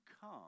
come